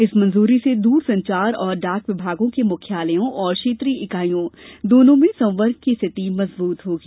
इस मंजूरी से दूरसंचार और डाक विभागों के मुख्यालयों और क्षेत्रीय ईकाइयों दोनों में संवर्ग की स्थिति मजबूत होगी